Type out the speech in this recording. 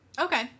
Okay